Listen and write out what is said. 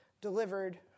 delivered